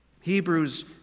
Hebrews